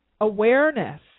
awareness